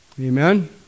Amen